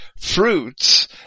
fruits